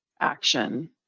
action